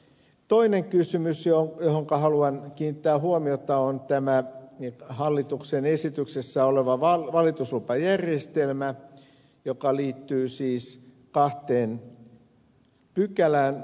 toinen kysymys johon haluan kiinnittää huomiota on hallituksen esityksessä oleva valituslupajärjestelmä joka liittyy kahteen pykälään